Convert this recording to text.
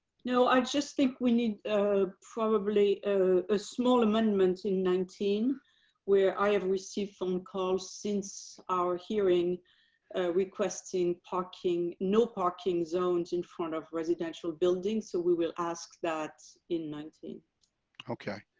no, i just think we need probably a small amendment in nineteen where i have received phone calls, since our hearing requesting parking no parking zones in front of residential building. so we will ask that in nineteen lowell